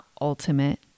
ultimate